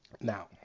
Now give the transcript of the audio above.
Now